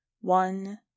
one